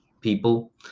people